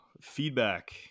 feedback